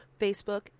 Facebook